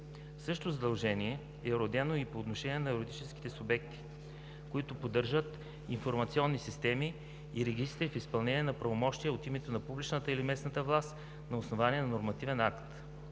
Същото задължение е уредено и по отношение на юридическите субекти, които поддържат информационни системи и регистри в изпълнение на правомощия от името на публичната или местната власт на основание на нормативен акт.